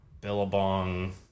Billabong